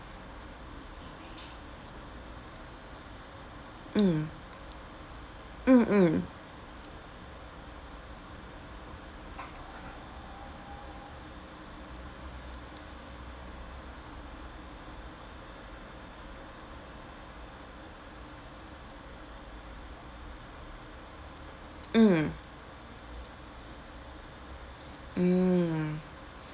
mm mm mm mm mm